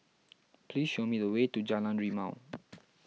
please show me the way to Jalan Rimau